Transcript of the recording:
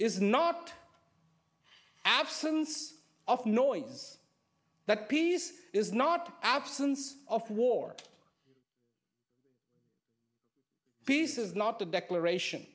is not absence of noise that peace is not absence of war peace is not a declaration